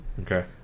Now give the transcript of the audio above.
Okay